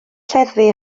lleddfu